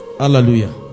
Hallelujah